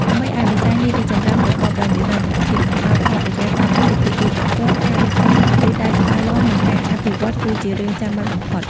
ដើម្បីឲ្យវិស័យនេះរីកចម្រើនប្រកបដោយនិរន្តរភាព និងផ្ដល់ផលប្រយោជន៍ដល់គ្រប់ភាគីពាក់ព័ន្ធ ការរៀបចំទិសដៅច្បាស់លាស់ និងការអភិវឌ្ឍន៍ គឺជារឿងចាំបាច់បំផុត។